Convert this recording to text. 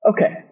Okay